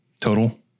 Total